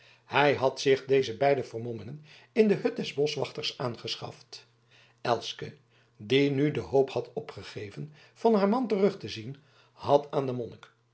hij had zich deze beide vermommingen in de hut des boschwachters aangeschaft elske die nu de hoop had opgegeven van haar man terug te zien had aan den